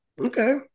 Okay